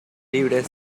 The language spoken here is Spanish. libres